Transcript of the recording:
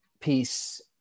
piece